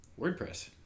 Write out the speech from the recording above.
WordPress